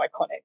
iconic